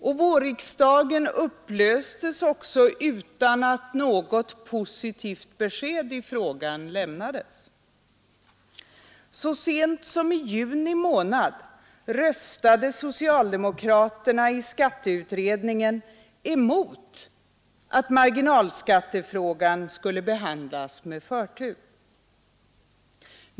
Och vårriksdagen upplöstes också utan att något positivt besked i frågan lämnades. Så sent som i juni månad röstade socialdemokraterna i skatteutredningen emot att marginalskattefrågan skulle behandlas med förtur.